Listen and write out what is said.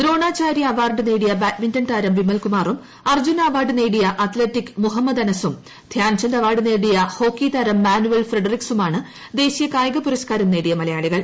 Dronacharya award നേടിയ badminton താരം വിമൽകുമാറും അർജ്ജുന അവാർഡ് നേടിയ അത്ലറ്റിക് മുഹമ്മദ് അനസും ധ്യാൻചന്ദ് അവാർഡ് നേടിയ ഹോക്കി താരം മാനുവൽ ഫ്രെഡറിക്സുമാണ് ദേശീയ കായിക പുരസ്കാരം നേടിയ മലയാളികൾ